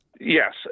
Yes